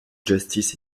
justice